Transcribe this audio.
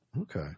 Okay